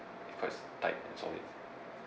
it's quite tight and solid